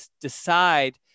decide